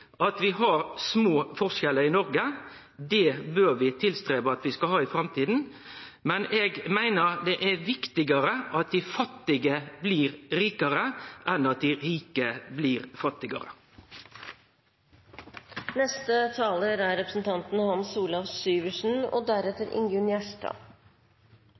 bør vi arbeide for at vi skal ha i framtida, men eg meiner det er viktigare at dei fattige blir rikare enn at dei rike blir fattigare. Det er